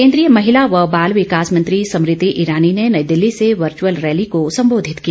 केन्द्रीय महिला व बाल विकास मंत्री स्मृति ईरानी ने नई दिल्ली से वर्च्यअल रैली को संबोधित किया